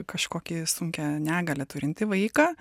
kažkokį sunkią negalią turintį vaiką